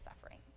suffering